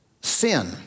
sin